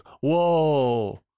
Whoa